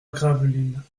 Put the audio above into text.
gravelines